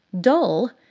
Dull